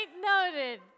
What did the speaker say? noted